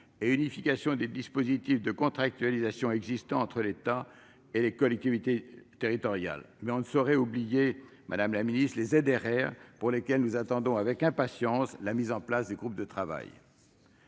et une unification des dispositifs de contractualisation existants entre l'État et les collectivités territoriales. On ne saurait oublier, madame la ministre, les zones de revitalisation rurale, les ZRR, pour lesquelles nous attendons avec impatience la mise en place du groupe de travail.